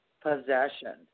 Possession